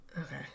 okay